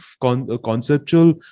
conceptual